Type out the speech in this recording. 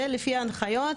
זה לפי ההנחיות,